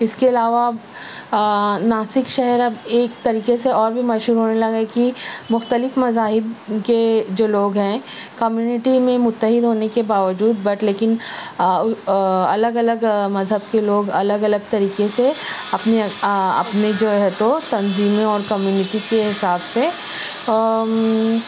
اس کے علاوہ ناسک شہر اب ایک طریقے سے اور بھی مشہور ہونے لگا ہے کی مختلف مذاہب کے جو لوگ ہیں کمیونٹی میں متحد ہونے کے باوجود بٹ لیکن الگ الگ مذہب کے لوگ الگ الگ طریقے سے اپنے اپنے جو ہے تو تنظیمیں اور کمیونٹی کے حساب سے